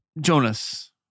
Jonas